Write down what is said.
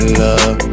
love